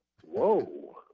Whoa